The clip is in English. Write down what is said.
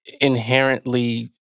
inherently